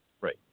Right